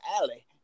alley